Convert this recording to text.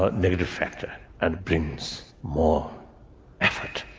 but negative factor and brings more effort.